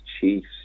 Chiefs